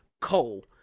coal